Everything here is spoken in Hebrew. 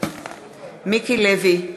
מיקי לוי,